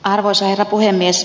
arvoisa herra puhemies